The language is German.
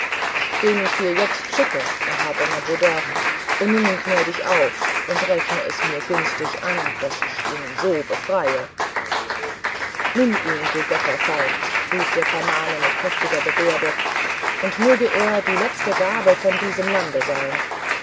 den ich dir jetzt schicke erhabener buddha o nimm ihn gnädig auf und rechne es mir günstig an daß ich ihn so befreie nimm ihn du götterfeind rief der brahmane mit heftigen gebärden und möge er die letzte gabe von diesem lande sein